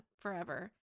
forever